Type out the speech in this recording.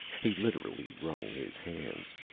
he literally wrung his hands.